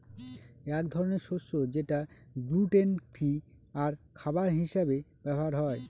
এক ধরনের শস্য যেটা গ্লুটেন ফ্রি আর খাবার হিসাবে ব্যবহার হয়